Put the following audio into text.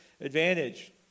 advantage